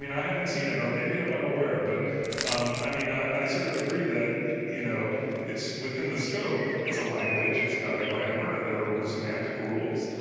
mean, i haven't seen it or maybe i'm unaware. but um i mean, i sort of agree that you know it's within the scope. it's a language. it's got a grammar. there are semantic rules.